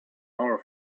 our